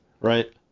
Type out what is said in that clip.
Right